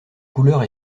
couleurs